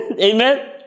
Amen